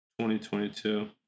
2022